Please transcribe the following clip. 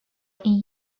این